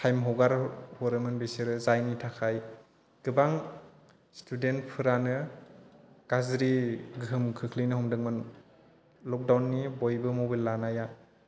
time हगार हरोमोन बिसोरो जायनि थाखाय गोबां स्टुडेन्टफ्रानो गाज्रि गोहोम खोख्लैनो हमदोंमोन लकडाउननि बयबो मबाइल लानाया